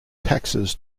taxes